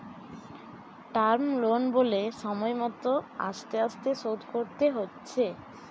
term loan বলে সময় মত আস্তে আস্তে শোধ করতে হচ্ছে